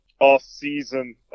Off-season